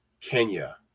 Kenya